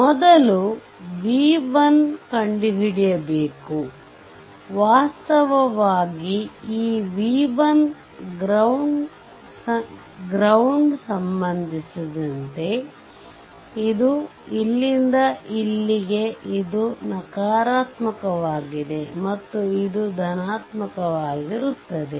ಮೊದಲು v1 ಕಂಡುಹಿಡಿಯಬೇಕು ವಾಸ್ತವವಾಗಿ ಈ v1 ಗ್ರೌಂಡ್ಗೆ ಸಂಬಂಧಿಸಿದಂತೆಇದು ಇಲ್ಲಿಂದ ಇಲ್ಲಿಗೆ ಇದು ನಕಾರಾತ್ಮಕವಾಗಿದೆ ಮತ್ತು ಇದು ಧನಾತ್ಮಕವಾಗಿರುತ್ತದೆ